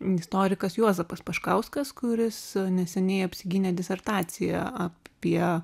istorikas juozapas paškauskas kuris neseniai apsigynė disertaciją apie